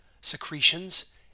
secretions